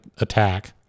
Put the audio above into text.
attack